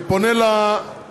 אני פונה למציעות.